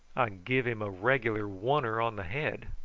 give him a regular wunner on the head.